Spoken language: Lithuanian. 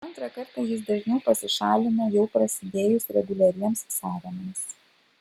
antrą kartą jis dažniau pasišalina jau prasidėjus reguliariems sąrėmiams